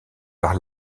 par